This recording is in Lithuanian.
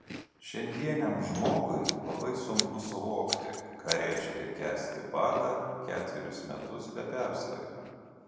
šiandieniam žmogui labai sunku suvokti ką reiškia kęsti badą ketverius metus be perstojo